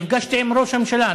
נפגשתי עם ראש הממשלה.